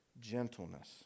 gentleness